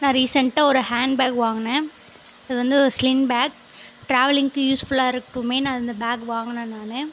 நான் ரீசெண்ட்டாக ஒரு ஹேண்ட்பேக் வாங்கினேன் அது வந்து ஸ்லிங் பேக் ட்ராவெல்லிங்க்கு யூஸ்புல்லாக இருக்குமேன்னு அந்த பேக் வாங்கினேன் நான்